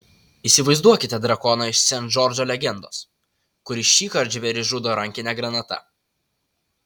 įsivaizduokite drakoną iš sent džordžo legendos kuris šįkart žvėris žudo rankine granata